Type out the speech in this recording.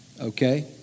okay